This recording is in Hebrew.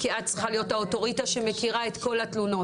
כי את צריכה להיות האוטוריטה שמכירה את כל התלונות.